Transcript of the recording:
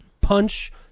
punch